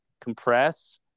compress